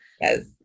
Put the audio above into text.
Yes